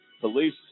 police